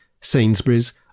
sainsbury's